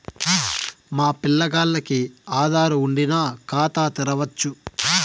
మా పిల్లగాల్లకి ఆదారు వుండిన ఖాతా తెరవచ్చు